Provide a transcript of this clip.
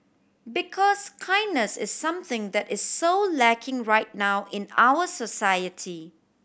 because kindness is something that is so lacking right now in our society